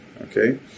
Okay